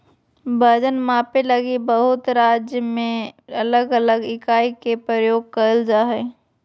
वजन मापे लगी बहुत राज्य में अलग अलग इकाई के प्रयोग कइल जा हइ